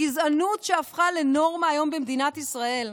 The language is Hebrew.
הגזענות שהפכה לנורמה היום במדינת ישראל.